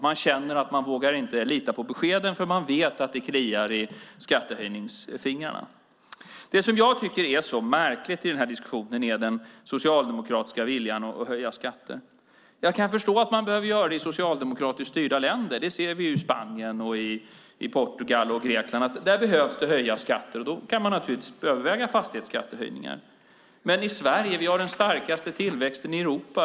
De känner att de inte vågar lita på beskeden för de vet att det kliar i skattehöjningsfingrarna. Det jag tycker är så märkligt i den här diskussionen är den socialdemokratiska viljan att höja skatter. Jag kan förstå att man behöver göra det i socialdemokratiskt styrda länder. Vi ser att det i Spanien, Portugal och Grekland behöver höjas skatter. Då kan man naturligtvis överväga fastighetsskattehöjningar. Men Sverige har den starkaste tillväxten i Europa.